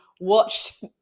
watched